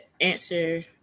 answer